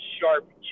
sharp